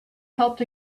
helped